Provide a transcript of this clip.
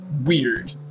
weird